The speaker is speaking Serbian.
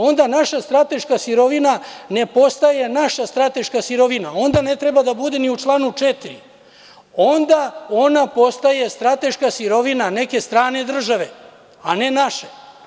Onda naša strateška sirovina ne postaje naša strateška sirovina i onda ne treba da bude ni u članu 4. Onda ona postaje strateška sirovina neke strane države, a ne naše.